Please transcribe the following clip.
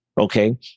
okay